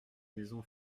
maison